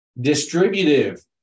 Distributive